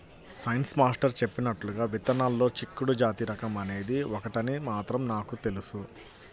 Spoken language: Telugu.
సైన్స్ మాస్టర్ చెప్పినట్లుగా విత్తనాల్లో చిక్కుడు జాతి రకం అనేది ఒకటని మాత్రం నాకు తెలుసు